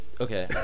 Okay